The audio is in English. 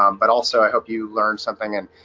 um but also i hope you learn something and